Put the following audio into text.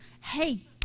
hey